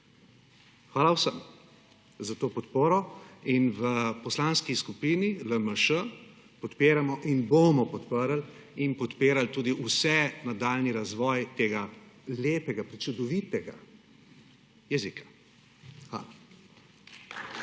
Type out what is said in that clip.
Hvala vsem za to podporo in v poslanski skupini LMŠ podpiramo in bomo podprli in podpirali tudi ves nadaljnji razvoj tega lepega, prečudovitega jezika. Hvala. /